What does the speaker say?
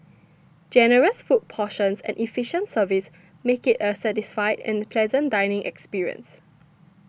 generous food portions and efficient service make it a satisfied and pleasant dining experience